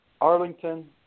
Arlington